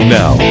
now